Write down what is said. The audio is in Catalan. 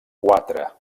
quatre